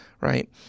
right